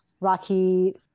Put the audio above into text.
Rocky